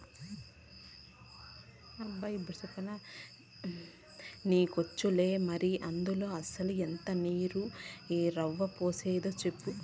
నీకొచ్చులే మరి, అందుల అసల ఎంత రవ్వ, నీరు పోసేది సెప్పు